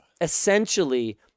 essentially